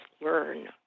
learn